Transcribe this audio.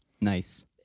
Nice